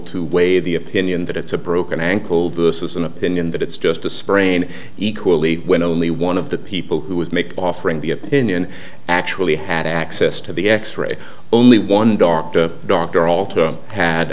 to weigh the opinion that it's a broken ankle versus an opinion that it's just a sprain equally when only one of the people who was make offering the opinion actually had access to the x ray only one doctor dr alter had